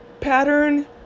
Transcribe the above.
Pattern